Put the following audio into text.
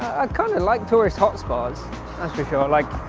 kind of and like tourist hotspots, that's because i like